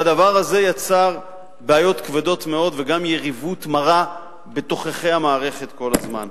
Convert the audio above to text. והדבר הזה יצר בעיות כבדות מאוד וגם יריבות מרה בתוככי המערכת כל הזמן.